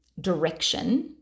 direction